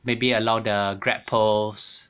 maybe along the grab poles